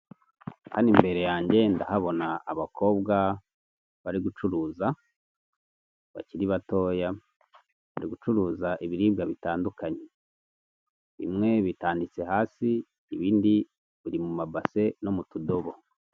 Hano imbere yanjye ndahabona abakobwa bari gucuruza bakiri batoya, bari gucuruza ibiribwa bitandukanye, bimwe bitanditse hasi, ibindi biri mu mabase no mutudobo.